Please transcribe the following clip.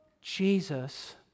Jesus